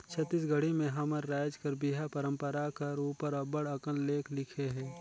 छत्तीसगढ़ी में हमर राएज कर बिहा परंपरा कर उपर अब्बड़ अकन लेख लिखे हे